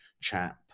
chap